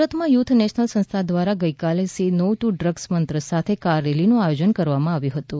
સુરતમાં youth national સંસ્થા દ્વારા ગઇકાલે સે નો ટુ ડ્રગ્સ મંત્ર સાથે કાર રેલીનું આયોજન કરવામાં આવ્યું હતું